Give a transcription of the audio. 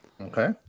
Okay